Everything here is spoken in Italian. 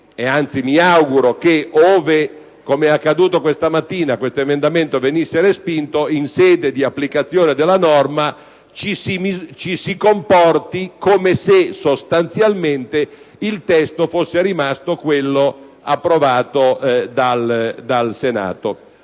Peraltro, mi auguro che, come è accaduto questa mattina, ove quest'emendamento venisse respinto, in sede di applicazione della norma ci si comporti come se sostanzialmente il testo fosse rimasto quello approvato dal Senato.